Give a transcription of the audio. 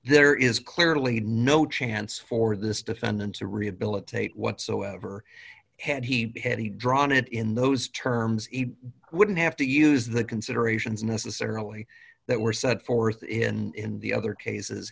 there is clearly no chance for this defendant to rehabilitate whatsoever had he had he drawn it in those terms it wouldn't have to use the considerations necessarily that were set forth in the other cases